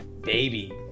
Baby